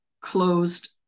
closed